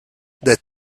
that